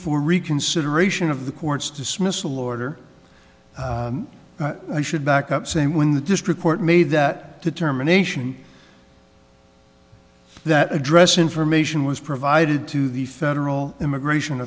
for reconsideration of the court's dismissal order i should back up saying when the district court made that determination that address information was provided to the federal immigration